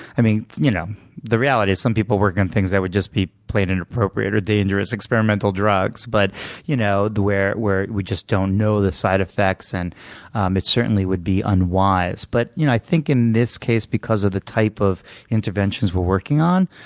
i mean, you know the reality is some people work on things that would just be plain inappropriate or dangerous experimental drugs, but you know where where we just don't know the side effects and um it certainly would be unwise. but you know i think in this case, because of the type of interventions we're working on,